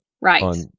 Right